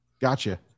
Gotcha